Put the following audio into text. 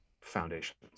foundations